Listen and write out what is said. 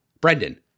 Brendan